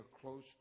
close